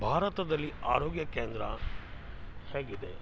ಭಾರತದಲ್ಲಿ ಆರೋಗ್ಯ ಕೇಂದ್ರ ಹೇಗಿದೆ